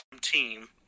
team